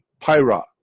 pyra